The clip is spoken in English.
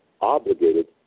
obligated